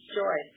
joy